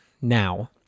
Now